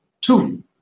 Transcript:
Two